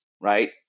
right